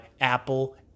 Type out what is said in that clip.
apple